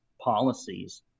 policies